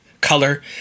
color